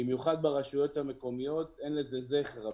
במיוחד ברשויות המקומיות, אין לזה זכר אפילו.